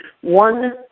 one